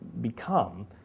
become